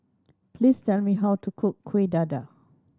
please tell me how to cook Kuih Dadar